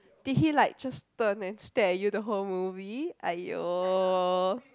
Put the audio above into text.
did he like just turn at stare at you the whole movie !aiyo!